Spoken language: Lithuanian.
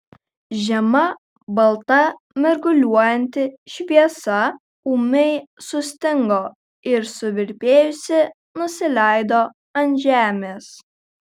žema balta mirguliuojanti šviesa ūmiai sustingo ir suvirpėjusi nusileido ant žemės